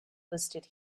listed